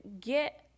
get